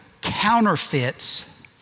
counterfeits